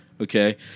Okay